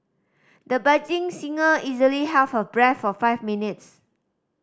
the budding singer easily held her breath for five minutes